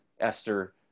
Esther